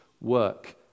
work